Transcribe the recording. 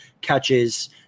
catches